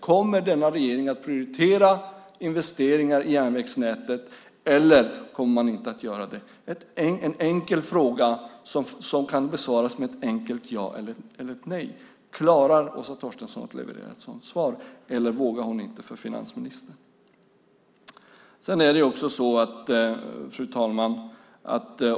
Kommer denna regering att prioritera investeringar i järnvägsnätet eller kommer man inte att göra det? Det är en enkel fråga som kan besvaras med ett enkelt ja eller nej. Klarar Åsa Torstensson av att leverera ett sådant svar eller vågar hon inte för finansministern? Fru talman!